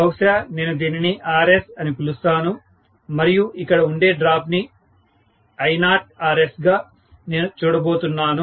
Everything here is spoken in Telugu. బహుశా నేను దీనిని RS అని పిలుస్తాను మరియు ఇక్కడ ఉండే డ్రాప్ ని I0Rs గా నేను చూడబోతున్నాను